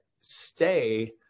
stay